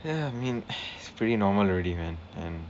ya I mean it's pretty normal already man and